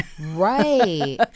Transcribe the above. right